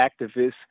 activists